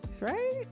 Right